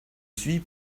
suis